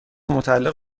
متعلق